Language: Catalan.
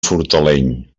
fortaleny